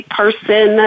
person